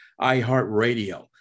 iHeartRadio